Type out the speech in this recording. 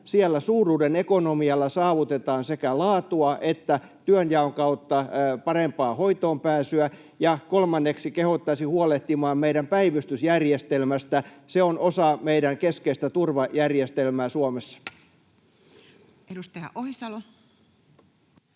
siellä suuruuden ekonomialla saavutetaan sekä laatua että työnjaon kautta parempaa hoitoonpääsyä. Ja kolmanneksi kehottaisin huolehtimaan meidän päivystysjärjestelmästä. Se on osa meidän keskeistä turvajärjestelmää Suomessa. Edustaja Ohisalo.